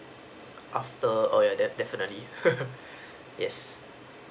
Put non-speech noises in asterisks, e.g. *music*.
after oh yeah def~ definitely *laughs* yes